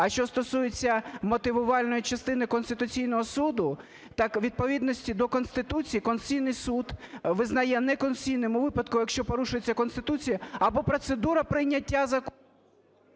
А що стосується мотивувальної частини Конституційного Суду, так у відповідності до Конституції, Конституційний Суд визнає неконституційним у випадку, якщо порушується Конституція або процедура прийняття…